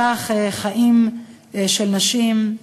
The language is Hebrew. כך יינצלו חיים של נשים.